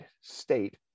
state